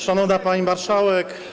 Szanowna Pani Marszałek!